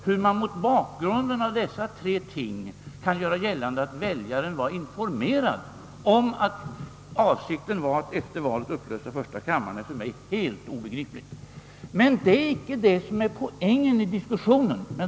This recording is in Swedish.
Hur man mot bakgrunden av dessa tre ting kan göra gällande att väljarna var informerade om att avsikten var att efter valet upplösa första kammaren är för mig helt obegripligt. Men det är inte det som utgör poängen i diskussionen.